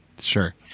sure